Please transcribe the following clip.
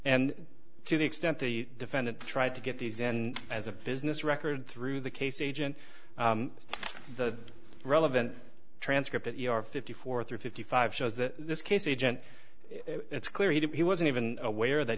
and to the extent the defendant tried to get these and as a business record through the case agent the relevant transcript at your fifty fourth or fifty five shows that this case agent it's clear he wasn't even aware that